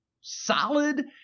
solid –